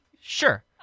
Sure